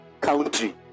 country